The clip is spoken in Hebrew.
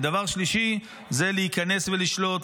ודבר שלישי זה להיכנס ולשלוט,